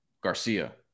Garcia